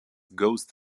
ghost